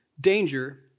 danger